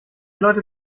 leute